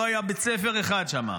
לא היה בית ספר אחד שם,